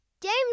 games